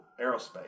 aerospace